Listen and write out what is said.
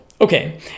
okay